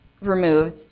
removed